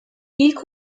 i̇lk